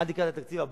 עד לקראת התקציב הבא,